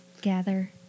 Gather